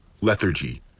lethargy